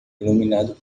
iluminado